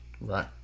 right